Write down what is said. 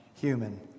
human